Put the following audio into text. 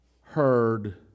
heard